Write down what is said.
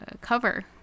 cover